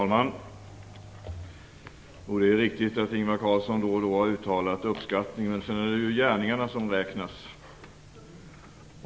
Herr talman! Det är riktigt att Ingvar Carlsson då och då har uttalat uppskattning men sedan är det ju gärningarna som räknas.